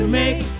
make